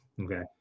Okay